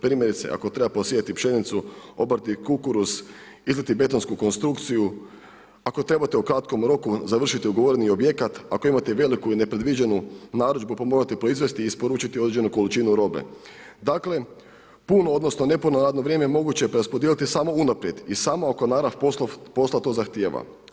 Primjerice, ako treba posijati pšenicu, obrati kukuruz, izliti betonsku konstrukciju, ako trebate u kratkom roku završiti ugovoreni objekat, ako imate veliku i nepredviđenu narudžbu pa morate proizvesti i isporučiti određenu količinu robe dakle puno odnosno ne puno radno vrijeme moguće je preraspodijeliti samo unaprijed i samo ako je narav posla to zahtijeva.